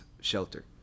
shelter